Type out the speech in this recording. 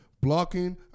blocking